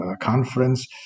conference